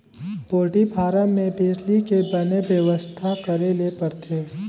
poultry farm में बिजली के बने बेवस्था करे ले परथे